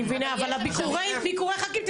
אבל ביקורי ח"כים,